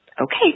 okay